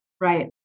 Right